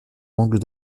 angles